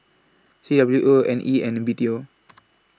C W O Nea and B T O